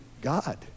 God